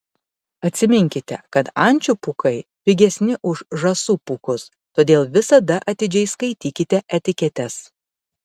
atsiminkite kad ančių pūkai pigesni už žąsų pūkus todėl visada atidžiai skaitykite etiketes